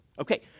Okay